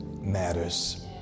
Matters